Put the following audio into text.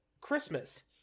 christmas